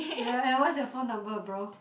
ya and what's your phone number bro